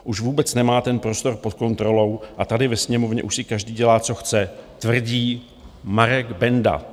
Už vůbec nemá ten prostor pod kontrolou a tady ve Sněmovně už si každý dělá co chce tvrdí Marek Benda.